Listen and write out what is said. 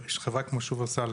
כשחברה ציבורית כמו שופרסל,